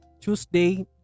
Tuesday